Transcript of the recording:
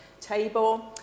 table